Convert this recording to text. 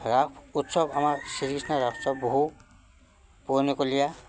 ৰাস উৎসৱ আমাৰ শ্ৰীকৃষ্ণ ৰাস উৎসৱ বহু পূৰণিকলীয়া